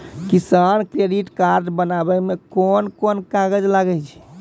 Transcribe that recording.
किसान credit card बनाबै मे कोन कोन कागज लागै छै?